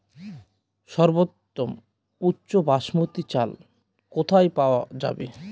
সর্বোওম উচ্চ বাসমতী চাল কোথায় পওয়া যাবে?